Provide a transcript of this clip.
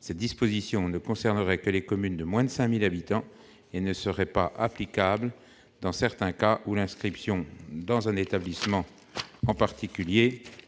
Cette disposition ne concernerait que les communes de moins de 5 000 habitants et ne serait pas applicable dans les cas où l'inscription dans un établissement particulier est